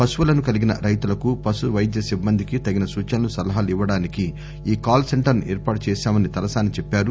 పశువులను కలిగిన రైతులకు పశు వైద్య సిబ్బందికి తగిన సూచనలు సలహాలు ఇవ్వడానికి ఈ కాల్ సెంటర్ను ఏర్పాటు చేశామని తలసాని చెప్పారు